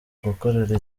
gukorera